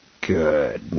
good